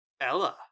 Ella